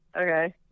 okay